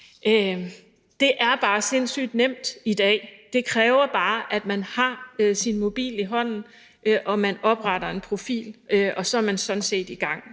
Det er sindssyg nemt i dag; det kræver bare, at man har sin mobil i hånden og opretter en profil, og så er man sådan set i gang